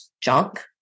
junk